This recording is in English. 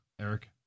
Eric